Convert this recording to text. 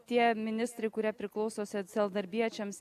tie ministrai kurie priklauso socialdarbiečiams